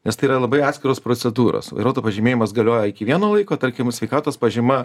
nes tai yra labai atskiros procedūros vairuotojo pažymėjimas galioja iki vieno laiko tarkim sveikatos pažyma